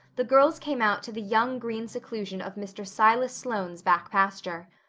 the girls came out to the young green seclusion of mr. silas sloane's back pasture.